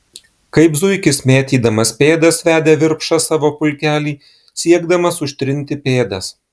kaip zuikis mėtydamas pėdas vedė virpša savo pulkelį siekdamas užtrinti pėdas